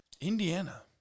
Indiana